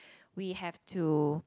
we have to